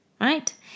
right